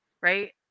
Right